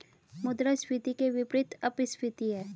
मुद्रास्फीति के विपरीत अपस्फीति है